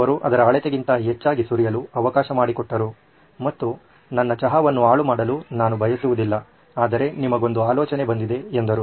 ಅವರು ಅದರ ಅಳತೆಗಿಂತ ಹೆಚ್ಚಾಗಿ ಸುರಿಯಲು ಅವಕಾಶ ಮಾಡಿಕೊಟ್ಟರು ಮತ್ತು ನನ್ನ ಚಹಾವನ್ನು ಹಾಳುಮಾಡಲು ನಾನು ಬಯಸುವುದಿಲ್ಲ ಆದರೆ ನಿಮಗೊಂದು ಆಲೋಚನೆ ಬಂದಿದೆ ಎಂದರು